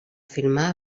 filmar